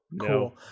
Cool